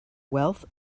wealth